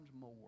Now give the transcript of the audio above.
more